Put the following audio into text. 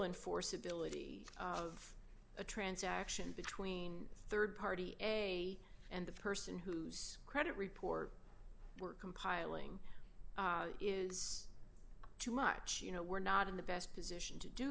enforceability of a transaction between rd party a and the person whose credit report we're compiling is too much you know we're not in the best position